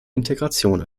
integration